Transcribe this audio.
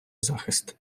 захист